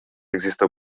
există